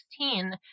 2016